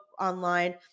online